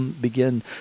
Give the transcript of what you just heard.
begin